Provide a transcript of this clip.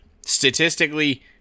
statistically